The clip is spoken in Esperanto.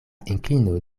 inklino